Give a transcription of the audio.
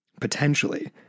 potentially